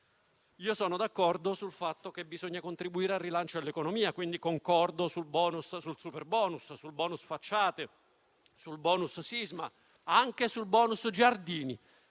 Io sono d'accordo sul fatto che bisogna contribuire al rilancio dell'economia e, quindi, concordo sul *bonus* e sul *superbonus*, sul *bonus* facciate, sul *bonus* sisma ed anche sul *bonus* giardini.